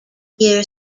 year